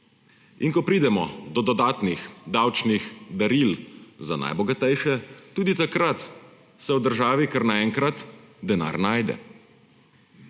In ko pridemo do dodatnih davčnih daril za najbogatejše, tudi takrat se v državi kar naenkrat denar najde.